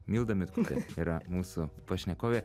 milda mitkutė yra mūsų pašnekovė